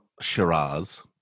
Shiraz